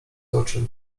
oczy